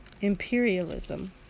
imperialism